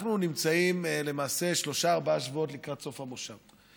אנחנו נמצאים למעשה שלושה-ארבעה שבועות לקראת סוף המושב.